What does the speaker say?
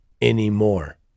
anymore